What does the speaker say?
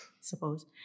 suppose